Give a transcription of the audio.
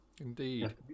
Indeed